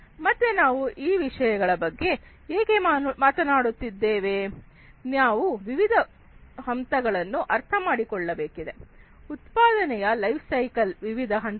ಮತ್ತೆ ನಾವು ಈ ವಿಷಯಗಳ ಬಗ್ಗೆ ಏಕೆ ಮಾತನಾಡುತ್ತಿದ್ದೇವೆ ನಾವು ವಿವಿಧ ಹಂತಗಳನ್ನು ಅರ್ಥಮಾಡಿಕೊಳ್ಳಬೇಕಿದೆ ಉತ್ಪಾದನೆಯ ಲೈಫ್ ಸೈಕಲ್ ನ ವಿವಿಧ ಹಂತಗಳು